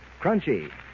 crunchy